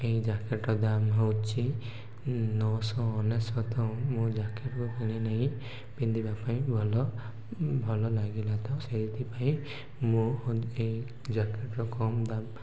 ଏହି ଜ୍ୟାକେଟ୍ର ଦାମ ହେଉଛି ନଅଶହ ଅନେଶତ ମୁଁ ଜ୍ୟାକେଟ୍କୁ କିଣି ନେଇ ପିନ୍ଧିବା ପାଇଁ ଭଲ ଭଲ ଲାଗିଲା ତ ସେଇଥିପାଇଁ ମୁଁ ଏ ଜ୍ୟାକେଟ୍ର କମ୍ ଦାମ